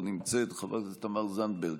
לא נמצאת, חברת הכנסת תמר זנדברג,